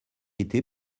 été